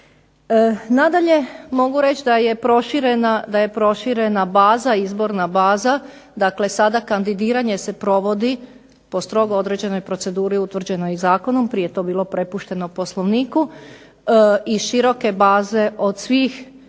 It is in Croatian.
Nadalje, mogu reći da je proširena baza, izborna baza. Dakle, sada kandidiranje se provodi po strogo određenoj proceduri utvrđenoj zakonom, prije je to bilo prepušteno poslovniku i široke baze od svih